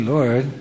Lord